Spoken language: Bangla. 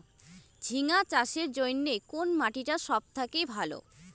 ঝিঙ্গা চাষের জইন্যে কুন মাটি টা সব থাকি ভালো?